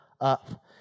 up